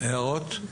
הערות.